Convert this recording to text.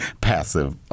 passive